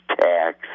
tax